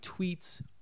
tweets